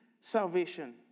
salvation